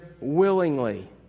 willingly